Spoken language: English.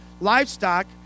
Livestock